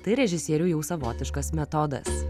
tai režisieriui jau savotiškas metodas